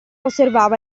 osservava